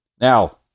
Now